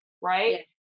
right